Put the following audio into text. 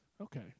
Okay